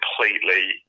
completely